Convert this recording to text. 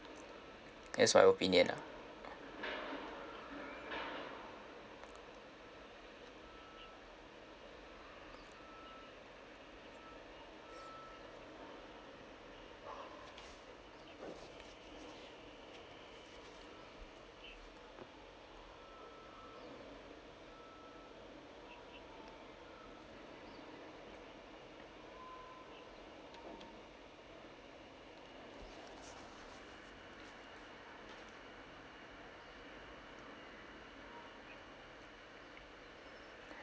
that's my opinion lah